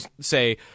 say